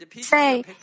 Say